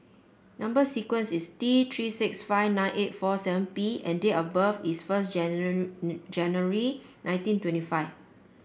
number sequence is T Three six five nine eight four seven P and date of birth is first January nineteen twenty five